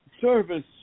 service